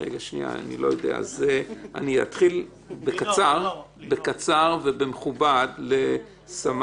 אני אתן בקצרה ובמכובד לס'.